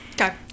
Okay